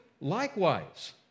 likewise